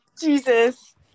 jesus